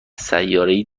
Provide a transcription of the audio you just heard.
سیارهای